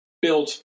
built